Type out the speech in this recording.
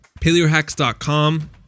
PaleoHacks.com